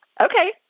Okay